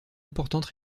importante